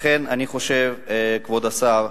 לכן, כבוד השר,